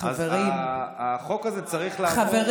אז החוק הזה צריך חידוד.